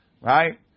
right